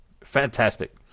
Fantastic